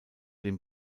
dem